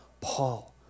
Paul